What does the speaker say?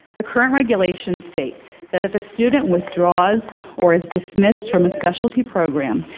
the current regulation states that if a student withdraws or is dismissed from a specialty program,